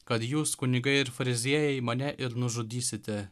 kad jūs kunigai ir fariziejai mane ir nužudysite